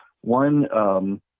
One